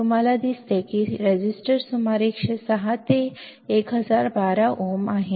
तुम्हाला दिसते की रेझिस्टर सुमारे 106 ते 1012 ओम आहे